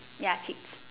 ya chicks